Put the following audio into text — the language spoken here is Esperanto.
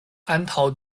antaŭ